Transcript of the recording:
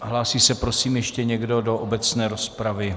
Hlásí se prosím ještě někdo do obecné rozpravy?